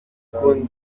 n’umuntu